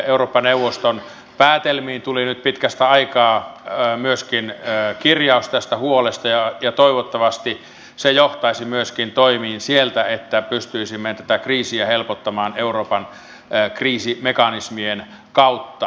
eurooppa neuvoston päätelmiin tuli nyt pitkästä aikaa myöskin kirjaus tästä huolesta ja toivottavasti se johtaisi myöskin toimiin sieltä että pystyisimme tätä kriisiä helpottamaan euroopan kriisimekanismien kautta